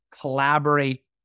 collaborate